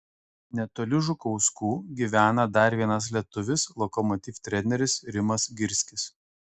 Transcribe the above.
netoli žukauskų gyvena dar vienas lietuvis lokomotiv treneris rimas girskis